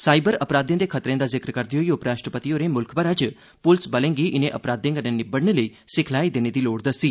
cyber अपराधें दे खतरें दा जिक्र करदे होई उपराष्ट्रपति होरें मुल्ख भरै च पुलस बलें गी इनें अपराधें कन्नै निब्बड़ने लेई सिखलाई देने दी लोड़ दस्सी